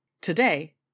Today